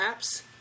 apps